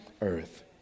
earth